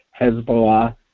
Hezbollah